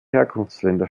herkunftsländer